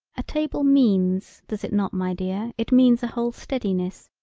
a table means does it not my dear it means a whole steadiness.